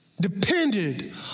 depended